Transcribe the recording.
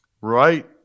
Right